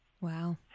Wow